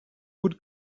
would